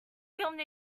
filmed